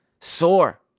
sore